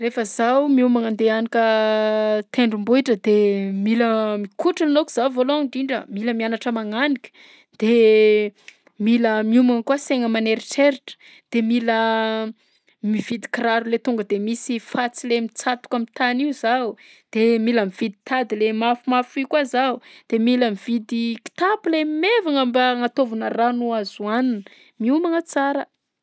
Rehefa zaho miomagna andeha hianika tendrombohitra de mila mikotrana alohaka za voalohany ndrindra, mila mianatra magnanika. De mila miomagna koa saigna aman'eritreritra de mila mividy kiraro le tonga de misy fatsy le mitsatoka am'tany io zaho de mila mividy tady le mafimafy io koa zaho de mila mividy kitapo le maivagna mba agnataovana rano azo hohanina, miomagna tsara.